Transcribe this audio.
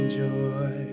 joy